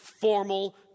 formal